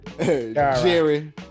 Jerry